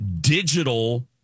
digital